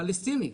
כן, רק פלסטינים.